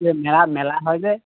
মেলা হয় যে